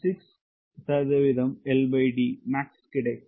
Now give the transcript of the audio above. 6 சதவீதம் LDmax கிடைக்கும்